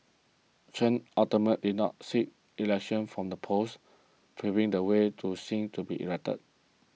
Chen ultimately did not seek election from the post paving the way to Singh to be elected